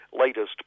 latest